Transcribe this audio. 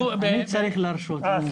שאלה?